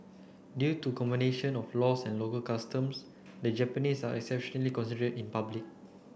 due to combination of laws and local customs the Japanese are exceptionally in public